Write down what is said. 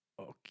Okay